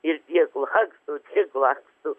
ir tiek laksto tiek laksto